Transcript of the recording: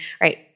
right